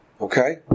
Okay